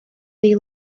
ddi